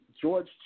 George